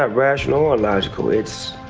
ah rational or logical it's.